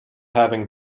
having